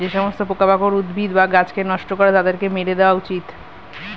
যে সমস্ত পোকামাকড় উদ্ভিদ বা গাছকে নষ্ট করে তাদেরকে মেরে দেওয়া উচিত